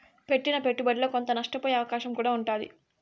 పెట్టిన పెట్టుబడిలో కొంత నష్టపోయే అవకాశం కూడా ఉంటాది